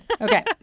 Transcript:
Okay